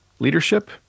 leadership